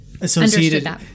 associated